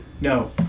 no